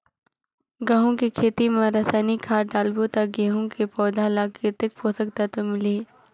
गंहू के खेती मां रसायनिक खाद डालबो ता गंहू के पौधा ला कितन पोषक तत्व मिलही?